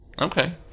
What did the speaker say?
okay